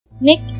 Nick